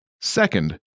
Second